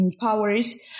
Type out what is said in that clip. powers